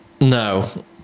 no